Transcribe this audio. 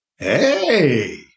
Hey